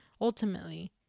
ultimately